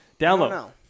Download